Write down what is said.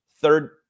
third